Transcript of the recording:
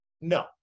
No